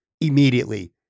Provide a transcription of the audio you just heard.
immediately